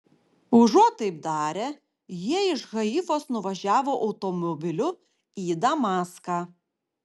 užuot taip darę jie iš haifos nuvažiavo automobiliu į damaską